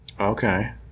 Okay